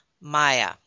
Maya